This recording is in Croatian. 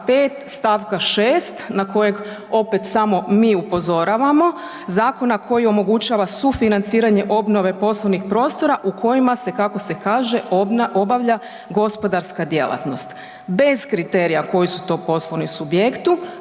5. stavka 6. na kojeg opet samo mi upozoravamo, zakona koji omogućava sufinanciranje obnove poslovnih prostora u kojima se kako se kaže, obavlja gospodarska djelatnost, bez kriterija koji su to poslovni subjekti